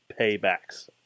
payback's